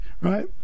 Right